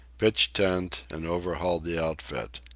pitched tent, and overhauled the outfit.